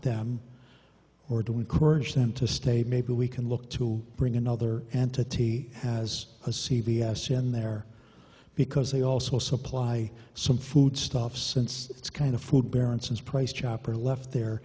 them or to encourage them to stay maybe we can look to bring another entity has a c v s in there because they also supply some food stuff since it's kind of food parents and price chopper left there